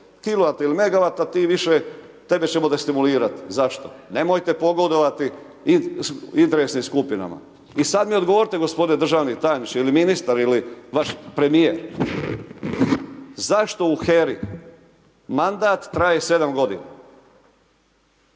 kilavata ili megawata, tebe ćemo destimulirati. Zašto? Nemojte pogodovati interesnih skupinama. I sada mi odgovorite g. državni tajniče ili ministar ili vaš premjer, zašto u HERI, mandat traje 7 g.?